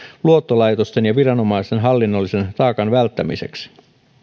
luottolaitosten ja viranomaisten hallinnollisen taakan välttämiseksi